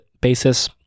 basis